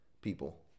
people